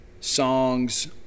songs